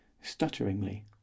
stutteringly